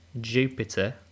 Jupiter